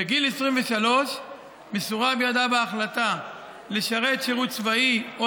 בגיל 23 מסורה בידיו ההחלטה לשרת שירות צבאי או